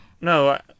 no